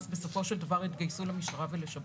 בסופו של דבר התגייסו למשטרה ולשב"ס?